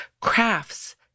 crafts